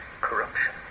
corruption